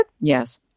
Yes